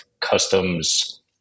Customs